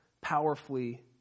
powerfully